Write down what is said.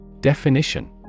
Definition